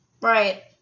Right